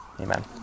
Amen